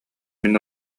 мин